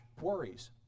worries